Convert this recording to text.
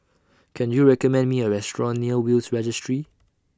Can YOU recommend Me A Restaurant near Will's Registry